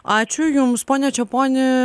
ačiū jums pone čeponi